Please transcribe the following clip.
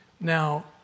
Now